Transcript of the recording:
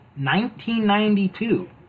1992